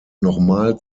nochmal